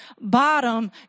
bottom